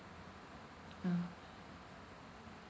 um